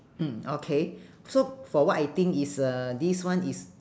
mm okay so for what I think is uh this one is